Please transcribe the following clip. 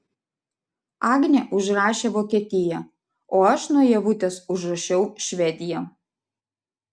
agnė užrašė vokietiją o aš nuo ievutės užrašiau švediją